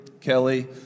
Kelly